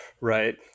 Right